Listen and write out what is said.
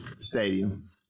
stadium